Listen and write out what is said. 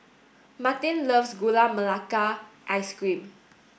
martin loves Gula Melaka ice cream